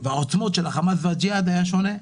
והעוצמות של החמאס והג'יהאד היו שונים,